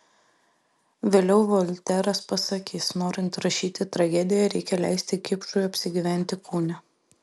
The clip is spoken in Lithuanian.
vėliau volteras pasakys norint rašyti tragediją reikia leisti kipšui apsigyventi kūne